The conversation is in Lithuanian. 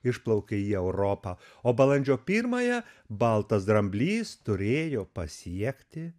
išplaukė į europą o balandžio pirmąją baltas dramblys turėjo pasiekti